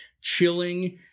chilling